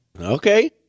okay